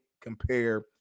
compare